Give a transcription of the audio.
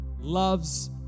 loves